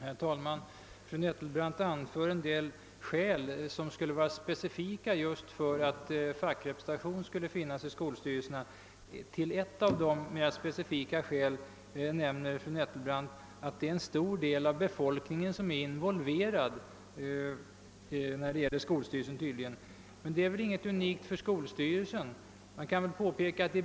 Herr talman! Fru Nettelbrandt anförde som ett specifikt skäl för att det borde finnas fackrepresentation just i skolstyrelsen att en stor del av befolkningen är involverad i skolstyrelsens beslut. Detta är emellertid ingenting specifikt för skolstyrelsen.